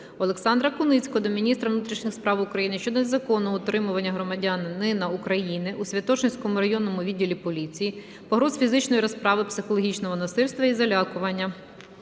Олександра Куницького до міністра внутрішніх справ України щодо незаконного утримування громадянина Україна у Святошинському районному відділі поліції, погроз фізичної розправи, психологічного насильства і залякування.